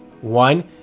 One